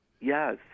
Yes